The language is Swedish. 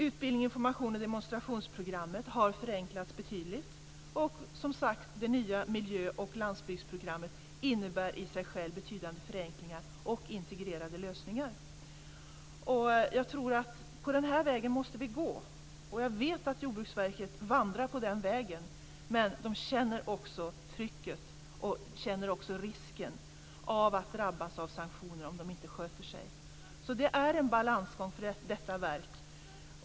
Utbildnings-, informations och demonstrationsprogrammet har förenklats betydligt, och, som sagt, det nya miljö och landsbygdsprogrammet innebär i sig självt betydande förenklingar och integrerade lösningar. Jag tror att vi måste gå denna väg. Och jag vet att Jordbruksverket vandrar på den vägen. Men man känner också trycket och risken av att drabbas av sanktioner om man inte sköter sig. Det är alltså en balansgång för detta verk.